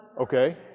Okay